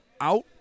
out